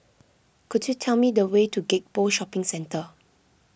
could you tell me the way to Gek Poh Shopping Centre